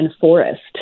forest